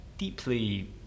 Deeply